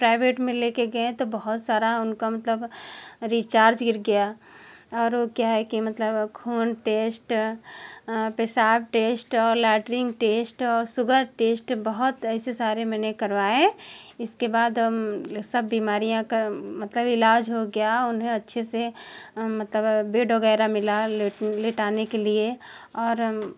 private में लेके गए तो बहुत सारा उनका मतलब रिचार्ज गिर गया और क्या है कि मतलब खून टेस्ट पेशाब टेस्ट और लेट्रीन टेस्ट और शुगर टेस्ट बहुत ऐसे सारे मैंने करवाए इसके बाद हम सब बीमारियाँ का मतलब इलाज हो गया उन्हें अच्छे से मतलब बेड वगैरह मिला लिटाने के लिए और हम